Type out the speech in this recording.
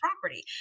property